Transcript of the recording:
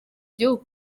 igihugu